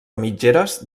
mitgeres